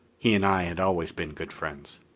he and i had always been good friends.